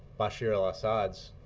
bashar al-assad's